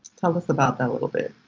tell us about that a little bit.